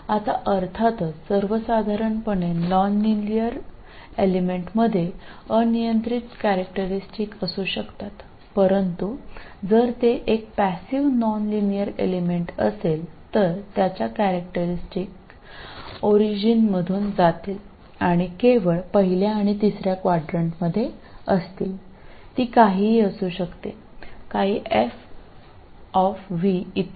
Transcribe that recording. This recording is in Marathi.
आता अर्थातच सर्वसाधारणपणे नॉनलिनियर एलिमेंटमध्ये अनियंत्रित कॅरेक्टरीस्टिक असू शकतात परंतु जर ते एक पॅसिव नॉनलिनियर एलिमेंट असेल तर त्याच्याकॅरेक्टरीस्टिक ओरिजिनमधून जातील आणि केवळ पहिल्या आणि तिसर्या क्वाड्रंटमध्ये असतील ती काहीही असू शकते काही f इत्यादी